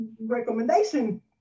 recommendation